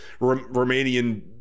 romanian